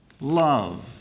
love